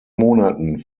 monaten